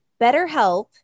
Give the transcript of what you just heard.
BetterHelp